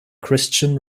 christian